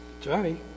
Johnny